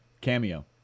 Cameo